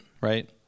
right